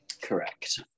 Correct